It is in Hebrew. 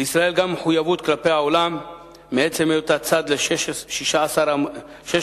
לישראל גם מחויבות כלפי העולם מעצם היותה צד ל-16 אמנות,